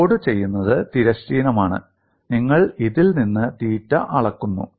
ലോഡുചെയ്യുന്നത് തിരശ്ചീനമാണ് നിങ്ങൾ ഇതിൽ നിന്ന് തീറ്റ അളക്കുന്നു